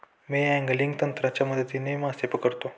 मी angling तंत्राच्या मदतीने मासे पकडतो